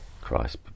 Christ